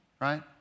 Right